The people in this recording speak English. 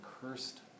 cursed